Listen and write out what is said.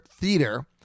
Theater